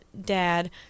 dad